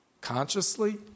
consciously